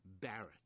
Barrett